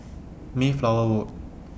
Mayflower Road